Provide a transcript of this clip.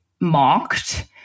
mocked